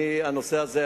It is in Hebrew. הנושא הזה,